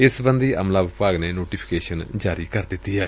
ਇਸ ਸਬੰਧੀ ਅਮਲਾ ਵਿਭਾਗ ਨੇ ਨੋਟੀਫੀਕੇਸ਼ਨ ਜਾਰੀ ਕਰ ਦਿੱਤੀ ਏ